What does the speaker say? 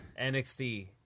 NXT